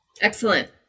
Excellent